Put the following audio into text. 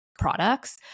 products